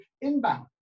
inbound